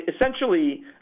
essentially